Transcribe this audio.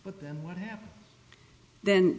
but then what happened then